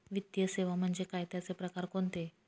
वित्तीय सेवा म्हणजे काय? त्यांचे प्रकार कोणते?